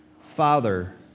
Father